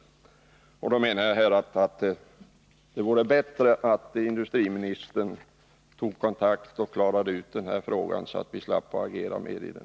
Då anser jag alltså att det vore bra om industriministern tog kontakt och klarade ut den här frågan, så att vi slapp agera mer i den.